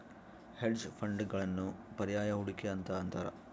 hedge ಫಂಡ್ಗಳನ್ನು ಪರ್ಯಾಯ ಹೂಡಿಕೆ ಅಂತ ಅಂತಾರ